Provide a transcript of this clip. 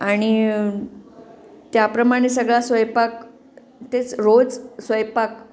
आणि त्याप्रमाणे सगळा स्वयंपाक तेच रोज स्वयंपाक